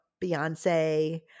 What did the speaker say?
Beyonce